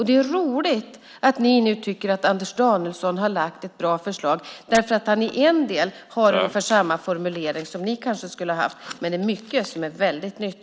Det är roligt att ni nu tycker att Anders Danielsson har lagt fram ett bra förslag därför att han till en del har ungefär samma formulering som ni kanske skulle ha haft. Men det är mycket som är väldigt nytt.